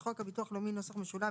בחוק הביטוח הלאומי (נוסח משולב),